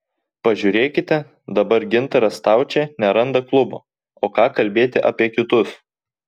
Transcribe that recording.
pažiūrėkite dabar gintaras staučė neranda klubo o ką kalbėti apie kitus